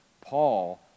Paul